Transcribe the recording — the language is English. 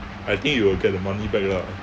I think you will get the money back lah